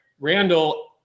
Randall